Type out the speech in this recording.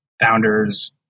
founders